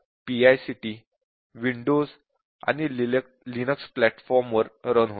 PICT Windows Linux platform वर run होते